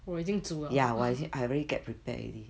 我已经煮了